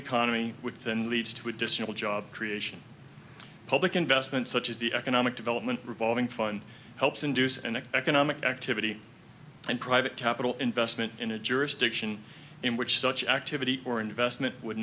economy with and leads to additional job creation public investment such as the economic development revolving fund helps induce and economic activity and private capital investment in a jurisdiction in which such activity or investment would